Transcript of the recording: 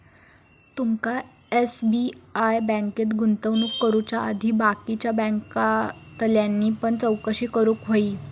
तुमका एस.बी.आय बँकेत गुंतवणूक करुच्या आधी बाकीच्या बॅन्कांतल्यानी पण चौकशी करूक व्हयी